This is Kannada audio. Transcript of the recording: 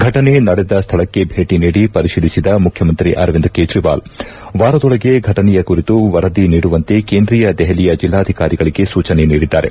ಫಟಿನೆ ನಡೆದ ಸ್ನಳಕ್ಷೆ ಭೇಟಿ ನೀಡಿ ಪರಿತೀಲಿಸಿದ ಮುಖ್ಯಮಂತ್ರಿ ಅರವಿಂದ್ ಕೇಜ್ರವಾಲ್ ವಾರದೊಳಗೆ ಘಟನೆಯ ಕುರಿತು ವರದಿ ನೀಡುವಂತೆ ಕೇಂದೀಯ ದೆಹಲಿಯ ಜೆಲಾಧಿಕಾರಿಗಳಿಗೆ ಸೂಚನೆ ನೀಡಿದಾರೆ